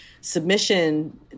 submission